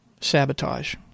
sabotage